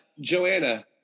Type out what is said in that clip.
joanna